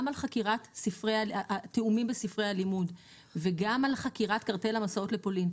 גם על חקירת התיאומים בספרי הלימוד וגם על חקירת קרטל המסעות לפולין,